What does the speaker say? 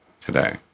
today